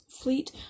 fleet